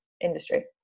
industry